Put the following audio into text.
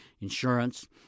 insurance